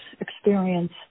experience